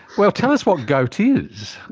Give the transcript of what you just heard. well, tell us what gout is.